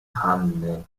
hanny